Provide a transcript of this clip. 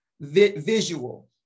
visual